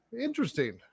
Interesting